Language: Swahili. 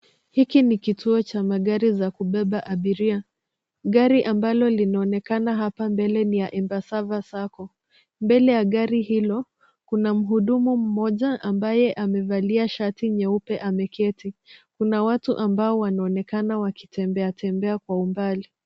Hiki ni kituo cha magari za kubeba abiria. Gari ambalo linaonekana hapa mbele ni ya Embassava Sacco. Mbele ya gari hilo kuna mhudumu mmoja ambaye amevalia shati nyeupe ameketi. Kuna watu ambao wanaonekana wakitembea tembea kwa umbali.